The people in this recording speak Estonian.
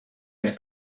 eest